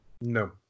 No